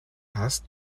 hast